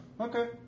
Okay